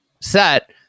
set